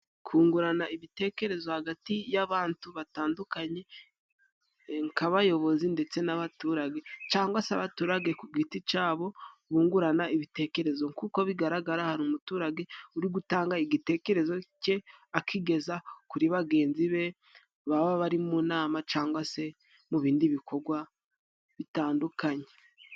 Kungurana ibitekerezo hagati y'abantu batandukanye,, nk'abayobozi ndetse n'abaturage, cangwa se abaturage ku giti cabo bungurana ibitekerezo. k'uko bigaragara hari umuturage uri gutanga igitekerezo cye, akigeza kuri bagenzi be baba bari mu nama cangwa se mu bindi bikogwa bitandukanye.